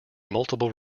multiple